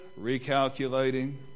recalculating